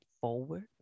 forward